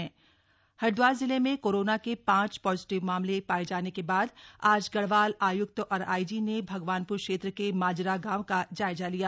गढ़वाल आयुक्त दौरा हरिद्वार जिले में कोरोना के पांच पॉजिटिव मामले पाए जाने का बाद आज गढ़वाल आय्क्त और आईजी ने भगवानप्र क्षेत्र के माजरा गांव का जायजा लिया